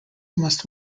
must